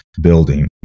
building